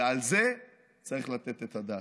ועל זה צריך לתת את הדעת.